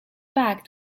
back